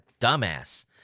dumbass